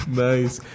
nice